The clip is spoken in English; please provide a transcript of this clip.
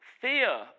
Fear